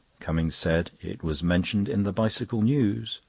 cummings said it was mentioned in the bicycle news.